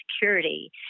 Security